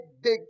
big